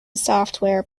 software